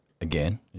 again